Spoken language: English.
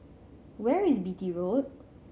where is Beatty Road